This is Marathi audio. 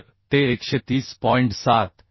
तर ते 130